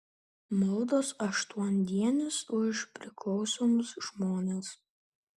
maldos aštuondienis už priklausomus žmones